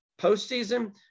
postseason